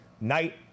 night